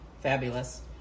fabulous